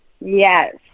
Yes